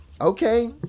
Okay